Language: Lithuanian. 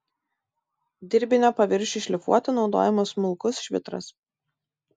dirbinio paviršiui šlifuoti naudojamas smulkus švitras